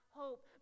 hope